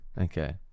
Okay